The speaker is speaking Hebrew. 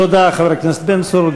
תודה, חבר הכנסת בן צור.